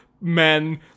men